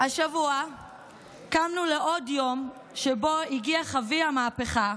השבוע קמנו לעוד יום שבו הגיח אבי המהפכה,